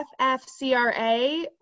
FFCRA